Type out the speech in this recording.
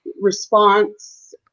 response